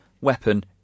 weapon